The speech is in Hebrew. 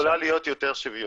-- יכולה להיות יותר שוויונית.